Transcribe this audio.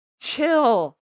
chill